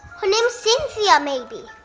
her name's cynthia maybe.